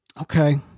Okay